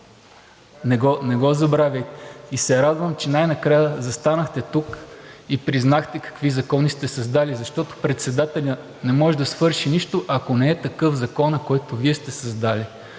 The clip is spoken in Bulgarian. не го забравяйте. И се радвам, че най-накрая застанахте тук и признахте какви закони сте създали, защото председателят не може да свърши нищо, ако не е такъв законът, който Вие сте създали